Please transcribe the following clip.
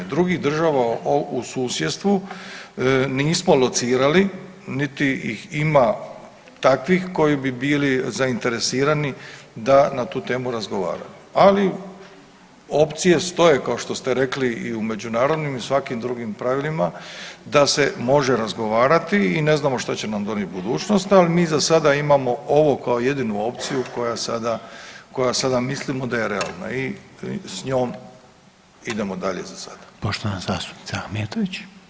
Drugih država u susjedstvu nismo locirali niti ih ima takvih koji bi bili zainteresirani da na tu temu razgovaramo, ali opcije stoje kao što ste rekli i u međunarodnim i u svakim drugim pravilima da se može razgovarati i ne znamo šta će nam donijet budućnost, ali mi za sada imamo ovo kao jedinu opciju koja sada, koja sada mislimo da je realna i s njom idemo dalje za sada.